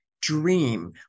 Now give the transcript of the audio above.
dream